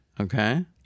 Okay